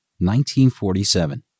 1947